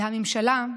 והממשלה,